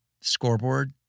scoreboard